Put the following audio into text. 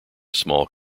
small